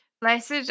Blessed